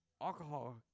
Alcohol